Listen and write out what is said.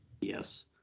Yes